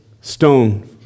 stone